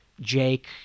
Jake